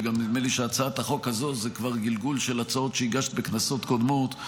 וגם נדמה לי שהצעת החוק הזו זה כבר גלגול של הצעות שהגשת בכנסות קודמות,